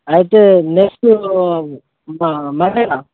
అయితే next next మండేరా